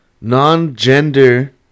non-gender